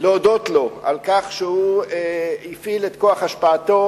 להודות לו על כך שהוא הפעיל את כוח השפעתו,